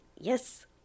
Yes